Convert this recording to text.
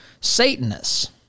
Satanists